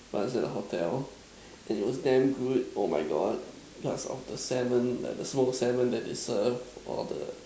but is at the hotel then it was damn good oh my God because of the seven that that the small seven that they serve or the